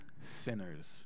sinners